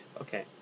Okay